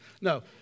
No